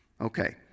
Okay